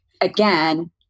again